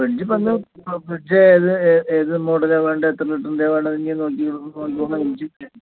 fridge പറഞ്ഞോ ഫ്രിഡ്ജേ ഏത് ഏത് മോഡലാണ് വേണ്ടത് എത്ര ലിറ്ററിൻ്റെയാണ് വേണ്ടതെന്ന് നോക്കി